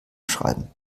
schreiben